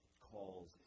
calls